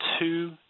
two